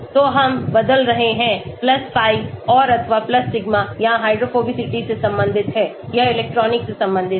तो हम बदल रहे हैं pi और अथवा सिग्मा यह हाइड्रोफोबिसिटी से संबंधित है यह इलेक्ट्रॉनिक से संबंधित है